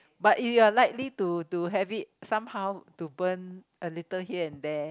but you are likely to to have it somehow to burn a little here and there